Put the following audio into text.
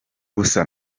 gusa